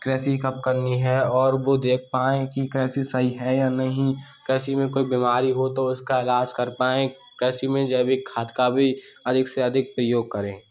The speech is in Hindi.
कृषि कब करनी हैं और वह देख पाए कि कृषि सही हैं या नहीं कृषि में कोई बीमारी हो तो उसका इलाज कर पाएँ कृषि में जैविक खाद का भी अधिक से अधिक प्रयोग करें